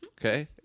Okay